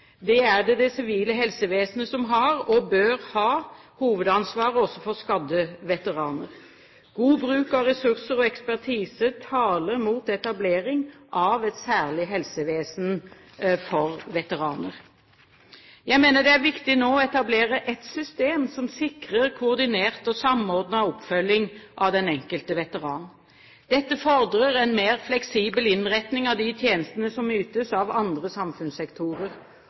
Det er det det sivile helsevesenet som har og bør ha hovedansvaret for – også for skadde veteraner. God bruk av ressurser og ekspertise taler mot etablering av et særlig helsevesen for veteraner. Jeg mener det nå er viktig å etablere ett system som sikrer koordinert og samordnet oppfølging av den enkelte veteran. Dette fordrer en mer fleksibel innretning av de tjenestene som ytes av andre samfunnssektorer.